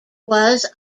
was